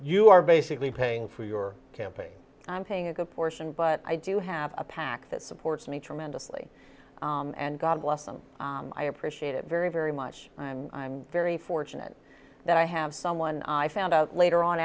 you are basically paying for your campaign and i'm paying a good portion but i do have a pac that supports me tremendously and god bless them i appreciate it very very much i'm i'm very fortunate that i have someone i found out later on